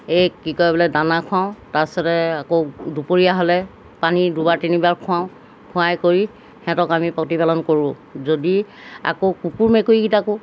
এই কি কয় বোলে দানা খুৱাওঁ তাৰপিছতে আকৌ দুপৰীয়া হ'লে পানী দুবাৰ তিনিবাৰ খুৱাওঁ খুৱাই কৰি সিহঁতক আমি প্ৰতিপালন কৰোঁ যদি আকৌ কুকুৰ মেকুৰীকেইটাকো